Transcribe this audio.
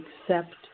accept